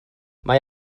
mae